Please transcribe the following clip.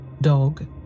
Dog